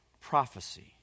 prophecy